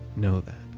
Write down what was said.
know that.